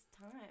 time